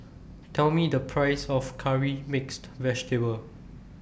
Tell Me The Price of Curry Mixed Vegetable